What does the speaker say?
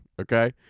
okay